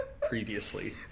previously